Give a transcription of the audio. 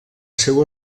seu